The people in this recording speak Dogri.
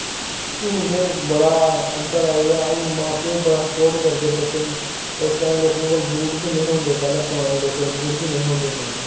हून ते बड़ा अन्तर आई दा हून मां प्यो बी बड़ा स्पोर्ट करदे बच्चें ई उस टैम लोकें कोल बूट बी नेईं हे होंदे पैह्लें परानें लोकें बूट बी निं हे होंदा पाने ई